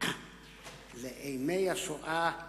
לאימי השואה,